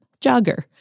Jogger